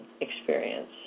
experience